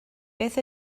beth